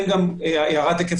ככל שהפשיעה חוזרת לקדמותה,